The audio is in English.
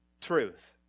truth